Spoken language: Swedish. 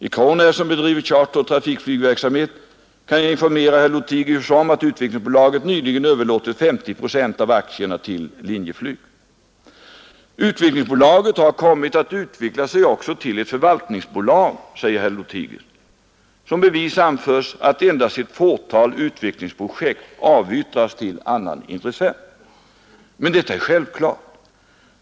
I Crown Air, som bedriver charteroch taxiflygverksamhet kan jag informera herr Lothigius om att Utvecklingsbolaget nyligen överlåtit 50 procent av aktierna till Linjeflyg. ”Utvecklingsbolaget har kommit att utveckla sig också till ett förvaltningsbolag” säger herr Lothigius. Som bevis anförs att ”——— endast ett fåtal utvecklingsprojekt avyttrats till annan intressent”. Men detta är väl självklart.